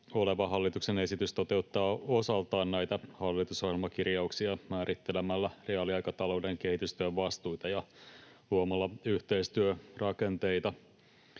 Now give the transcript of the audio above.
oleva hallituksen esitys toteuttaa osaltaan näitä hallitusohjelmakirjauksia määrittelemällä reaaliaikatalouden kehitystyön vastuita ja luomalla yhteistyörakenteita.